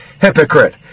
hypocrite